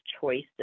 choices